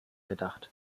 gedacht